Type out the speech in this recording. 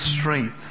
strength